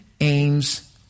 aims